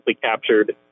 captured